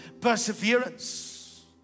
Perseverance